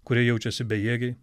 kurie jaučiasi bejėgiai